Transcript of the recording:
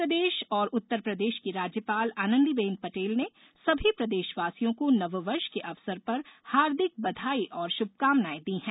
मध्यप्रदेश और उत्तरप्रदेश की राज्यपाल आनंदीबेन पटेल ने सभी प्रदेशवासियों को नववर्ष के अवसर पर हार्दिक बधाई और शुभकामनाएं दी हैं